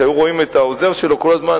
שהיו רואים את העוזר שלו כל הזמן